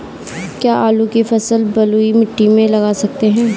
क्या आलू की फसल बलुई मिट्टी में लगा सकते हैं?